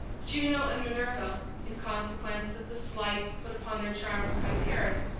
juno and minerva, in consequence of the slight put upon their charms by paris,